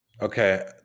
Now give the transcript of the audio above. okay